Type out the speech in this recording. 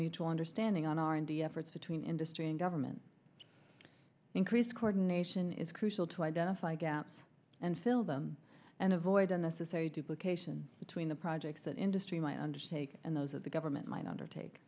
mutual understanding on r and d efforts between industry and government increased coordination is crucial to identify gaps and fill them and avoid unnecessary duplications between the projects that industry might undertake and those that the government might undertake